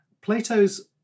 Plato's